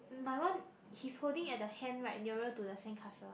my one he's holding at the hand right nearer to the sandcastle